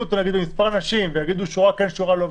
אותו במספר אנשים ויאמרו שורה כן ושורה לא,